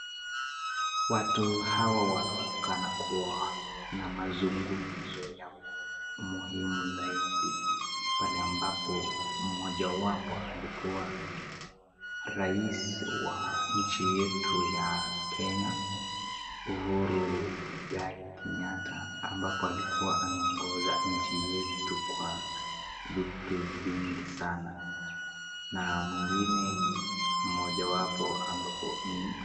Watu hawa wanaonekana kuwa na mazungumzo ya muhimu zaidi pale ambapo mmoja wapo alikuwa rais wa nchi yetu ya Kenya Uhuru Muigai Kenyatta ambapo alikuwa anaongoza nchi yetu kwa vitu vingi sana. Na mwingine ni mmoja wapo ambapo ni.